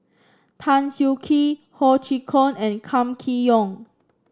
Tan Siah Kwee Ho Chee Kong and Kam Kee Yong